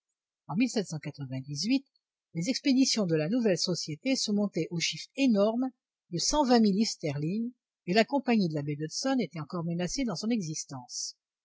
en les expéditions de la nouvelle société se montaient au chiffre énorme de cent vingt mille livres sterling et la compagnie de la baie d'hudson était encore menacée dans son existence